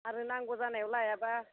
आरो नांगौ जानायाव लायाब्ला